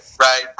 Right